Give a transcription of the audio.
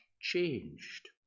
changed